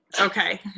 Okay